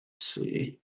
see